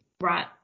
Right